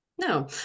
No